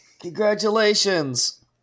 Congratulations